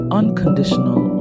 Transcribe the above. unconditional